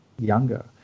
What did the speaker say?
younger